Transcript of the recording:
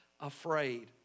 afraid